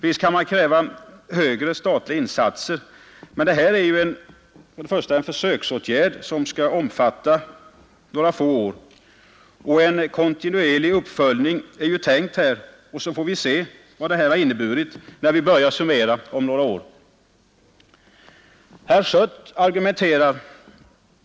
Visst kan man kräva högre statliga insatser, men detta är en försöksverksamhet som skall omfatta några få år, och man har tänkt sig en kontinuerlig uppföljning, så vi får se om några år när vi börjar summera erfarenheterna hur det har fungerat.